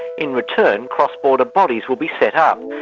in return, cross-border bodies would be set up,